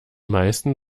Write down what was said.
meisten